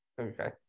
Okay